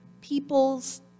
people's